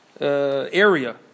area